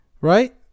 Right